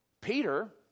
Peter